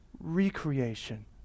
recreation